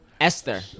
Esther